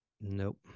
nope